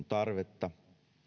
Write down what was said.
tarvetta